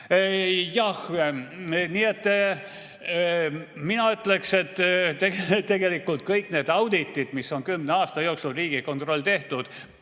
ole? Nii et mina ütleks, et tegelikult [tuleks] kõik need auditid, mis on kümne aasta jooksul Riigikontrollis tehtud,